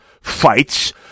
fights